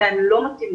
מתי הן לא מתאימות,